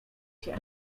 się